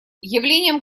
явлением